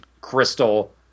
crystal